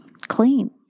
clean